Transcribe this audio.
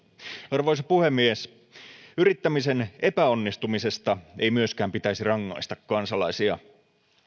arvoisa puhemies yrittämisen epäonnistumisesta ei myöskään pitäisi rangaista kansalaisia